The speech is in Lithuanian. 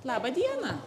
laba diena